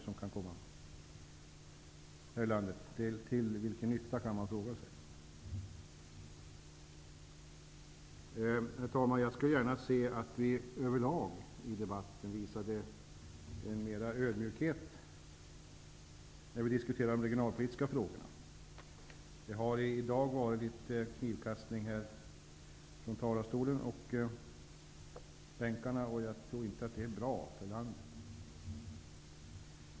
Det finns anledning att fråga: Till vilken nytta? Herr talman! Jag skulle gärna se att vi överlag visade mera av ödmjukhet när vi diskuterar de regionalpolitiska frågorna. Det har i dag varit litet av knivkastning mellan denna talarstol och bänkarna i kammaren, och jag tror inte att det är bra för landet.